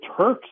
Turks